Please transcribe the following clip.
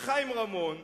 וחיים רמון,